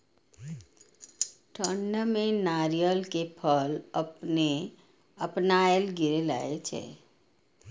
ठंड में नारियल के फल अपने अपनायल गिरे लगए छे?